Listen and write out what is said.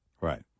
Right